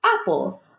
Apple